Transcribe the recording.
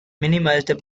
minimized